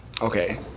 Okay